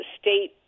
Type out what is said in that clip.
State